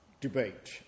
debate